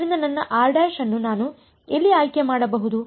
ಆದ್ದರಿಂದ ನನ್ನ ಅನ್ನು ನಾನು ಎಲ್ಲಿ ಆಯ್ಕೆ ಮಾಡಬಹುದು